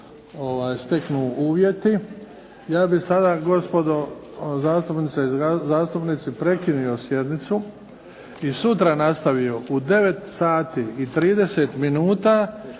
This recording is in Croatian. steknu uvjeti. Ja bi sada, gospodo zastupnice i zastupnici, prekinuo sjednicu i sutra nastavio u 9 sati